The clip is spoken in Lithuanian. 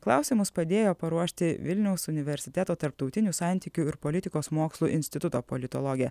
klausimus padėjo paruošti vilniaus universiteto tarptautinių santykių ir politikos mokslų instituto politologė